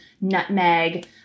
nutmeg